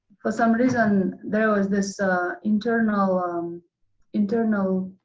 for some reason there was this ah internal um internal